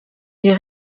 ils